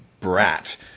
brat